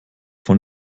von